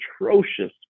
atrocious